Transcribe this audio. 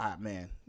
man